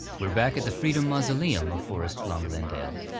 we're back at the freedom mausoleum of forest lawn glendale.